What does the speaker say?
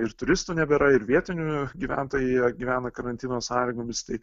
ir turistų nebėra ir vietinių gyventojai gyvena karantino sąlygomis tai